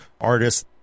artists